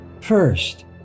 First